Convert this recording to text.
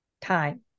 Time